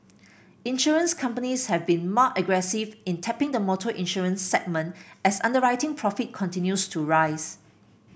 insurance companies have been more aggressive in tapping the motor insurance segment as underwriting profit continues to rise